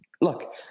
look